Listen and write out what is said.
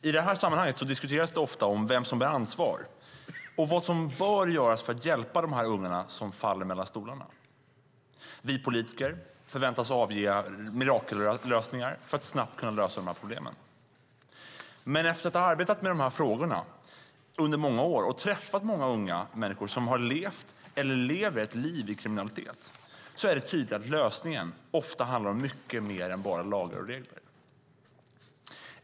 I sammanhanget diskuteras det ofta vem som bär ansvar och vad som bör göras för att hjälpa de ungar som faller mellan stolarna. Vi politiker förväntas avge mirakellösningar för att snabbt kunna lösa problemen. Men efter att ha arbetat med dessa frågor under många år och träffat många unga som har levt eller lever ett liv i kriminalitet är det tydligt att lösningen ofta handlar om mycket mer än bara lagar och regler.